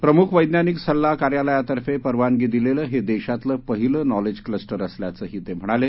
प्रमुख वैद्यानिक सल्ला कार्यालयातर्फे परवानगी दिलेलं हे देशातलं पहिलं नॉलेज क्लस्टर असल्याचंही ते म्हणाले